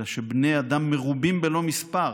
אלא של בני אדם מרובים בלא מספר